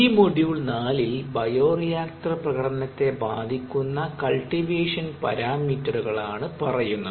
ഈ മോഡ്യൂൾ 4 ൽ ബയോറിയാക്ടർ പ്രകടനത്തെ ബാധിക്കുന്ന കൾടിവേഷൻ പരാമീറ്ററുകളാണ് പറയുന്നത്